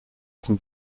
even